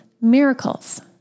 miracles